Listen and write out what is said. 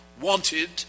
wanted